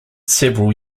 several